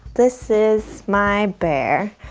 this is my bear.